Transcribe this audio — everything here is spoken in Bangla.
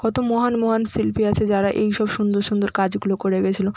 কত মহান মহান শিল্পী আছে যারা এই সব সুন্দর সুন্দর কাজগুলো করে গিয়েছিল